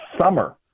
summer